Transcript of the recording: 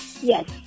Yes